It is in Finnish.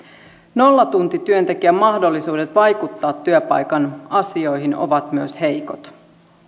nollatuntityöntekijän mahdollisuudet vaikuttaa työpaikan asioihin ovat myös heikot